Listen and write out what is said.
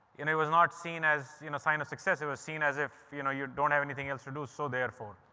and it was not seen as a you know sign of success it was seen as if you know you don't have anything else to do so therefore